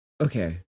Okay